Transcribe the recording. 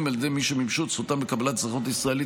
על ידי מי שמימשו את זכותם לקבלת אזרחות ישראלית